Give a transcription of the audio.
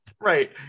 Right